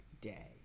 day